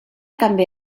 també